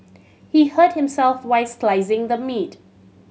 he hurt himself while slicing the meat